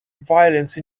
violence